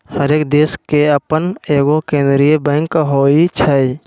हरेक देश के अप्पन एगो केंद्रीय बैंक होइ छइ